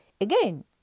Again